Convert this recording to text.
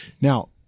Now